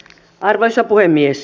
arvoisa puhemies